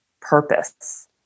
purpose